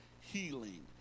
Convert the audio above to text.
healing